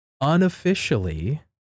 unofficially